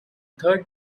third